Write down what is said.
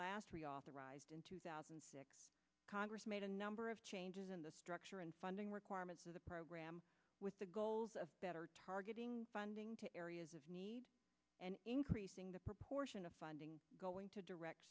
last reauthorized in two thousand congress made a number of changes in the structure and funding requirements of the program with the goals of better targeting funding to areas of need and increasing the proportion of funding going to direct